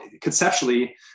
conceptually